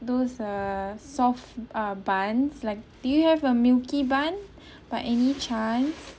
those uh soft ah buns like do you have a milky bun by any chance